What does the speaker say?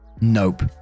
Nope